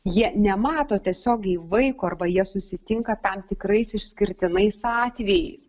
jie nemato tiesiogiai vaiko arba jie susitinka tam tikrais išskirtinais atvejais